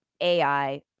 AI